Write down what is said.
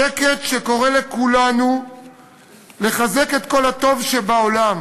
שקט שקורא לכולנו לחזק את כל הטוב שבעולם